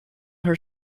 her